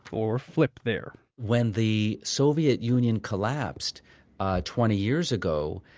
or flip there when the soviet union collapsed twenty years ago,